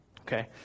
Okay